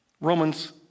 Romans